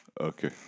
Okay